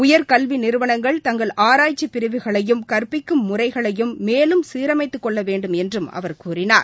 உயர்கல்வி நிறுவனங்கள் தங்கள் ஆராய்ச்சி பிரிவுகளையும் கற்பிக்கும் முறைகளையும் மேலும் சீரமைத்து கொள்ள வேண்டும் என்றும் அவர் கூறினார்